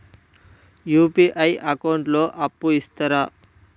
UPI account లో అప్పు ఇస్తరా?